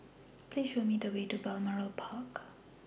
Please Show Me The Way to Balmoral Park